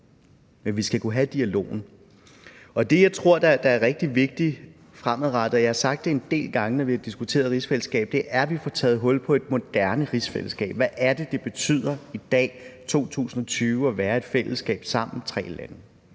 men vi skal kunne have dialogen. Det, jeg tror er rigtig vigtigt fremadrettet – og jeg har sagt det en del gange, når vi har diskuteret rigsfællesskabet – er, at vi får taget hul på et moderne rigsfællesskab. Hvad er det, det betyder i dag, i 2020, at være i et fællesskab sammen tre lande?